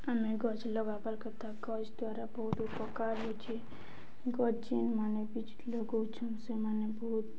ଆମେ ଗଛ୍ ଲଗାବାର୍ କଥା ଗଛ୍ ଦ୍ୱାରା ବହୁତ୍ ଉପକାର୍ ହଉଛେ ଗଛ୍ ଯେନ୍ମାନେ ବି ଲଗଉଛନ୍ ସେମାନେ ବହୁତ୍